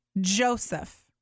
Joseph